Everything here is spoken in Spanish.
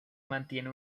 mantiene